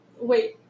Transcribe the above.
Wait